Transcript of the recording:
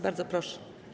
Bardzo proszę.